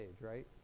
right